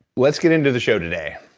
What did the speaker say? let's get into the show today.